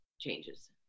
changes